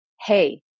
hey